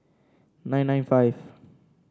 nine nine five